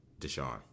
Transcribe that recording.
Deshaun